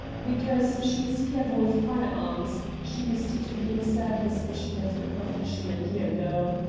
because she is clever with firearms. she used to be in a circus, but she left the profession a year ago.